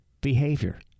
behavior